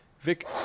Vic